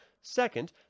Second